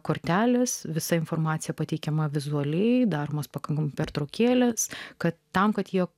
kortelės visa informacija pateikiama vizualiai daromos pakankamai pertraukėles kad tam kad jog